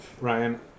Ryan